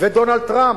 ודונלד טרמפ,